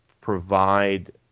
provide